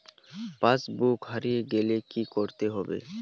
পাশবই হারিয়ে গেলে কি করতে হবে?